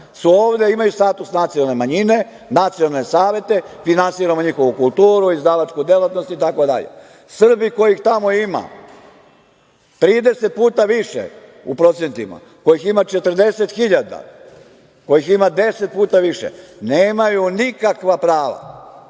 Slovenaca, imaju status nacionalne manjine, nacionalne savete, finansiramo njihovu kulturu, izdavačku delatnost itd. Srbi kojih tamo ima trideset puta više u procentima, kojih ima 40.000, kojih ima deset puta više, nemaju nikakva prava.